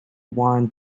wand